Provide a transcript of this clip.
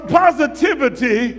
positivity